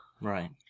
Right